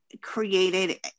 created